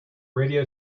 radio